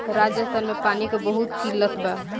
राजस्थान में पानी के बहुत किल्लत बा